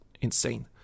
insane